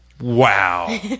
Wow